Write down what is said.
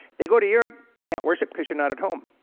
they go to europe, can't worship cause you're not at home.